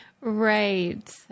Right